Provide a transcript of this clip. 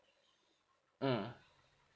mm